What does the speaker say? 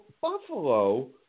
Buffalo